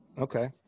Okay